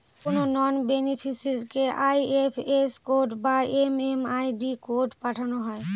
কোনো নন বেনিফিসিরইকে IFS code বা এম.এম.আই.ডি কোড পাঠানো হয়